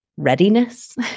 readiness